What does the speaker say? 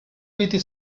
with